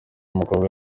mukobwa